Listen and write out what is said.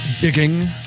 digging